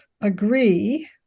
agree